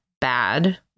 bad